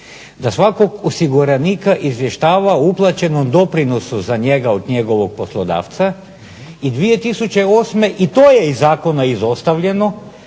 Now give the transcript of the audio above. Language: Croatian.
da svakog osiguranika izvještava o uplaćenom doprinosu za njega od njegovog poslodavca, i 2008. i to je iz zakona izostavljeno